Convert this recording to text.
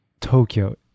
tokyo